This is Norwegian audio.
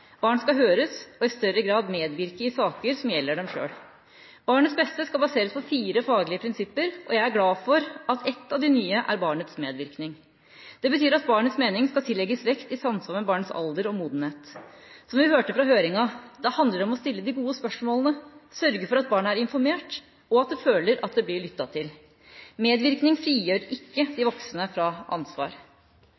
Barn skal høres og i større grad medvirke i saker som gjelder dem. Barnets beste skal baseres på fire faglige prinsipper, og jeg er glad for at ett av de nye er barnets medvirkning. Det betyr at barnets mening skal tillegges vekt i samsvar med barnets alder og modenhet. Som vi hørte fra høringa, handler det om å stille de gode spørsmålene, sørge for at barnet er informert, og at det føler at det blir lyttet til. Medvirkning frigjør ikke de